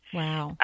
wow